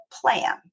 plan